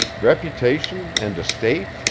reputation, and estate,